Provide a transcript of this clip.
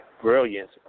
Brilliance